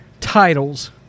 titles